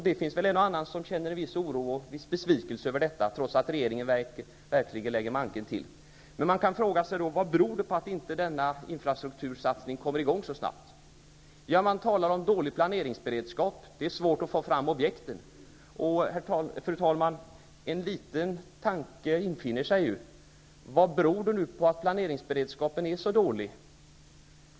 Det finns väl en och annan som känner en viss oro och en viss besvikelse över detta, trots att regeringen verkligen lägger manken till. Man kan fråga sig vad det beror på att inte denna infrastruktursatsning kommer i gång så snabbt. Man talar om dålig planeringsberedskap, att det är svårt att få fram objekten. Fru talman! En liten tanke infinner sig. Vad beror det på att planeringsberedskapen är så dålig?